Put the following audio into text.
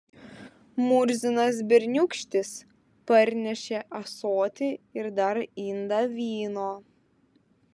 murzinas berniūkštis parnešė ąsotį ir dar indą vyno